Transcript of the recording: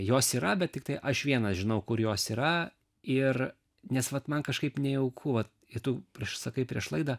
jos yra bet tiktai aš vienas žinau kur jos yra ir nes vat man kažkaip nejauku vat ir tu prieš sakai prieš laidą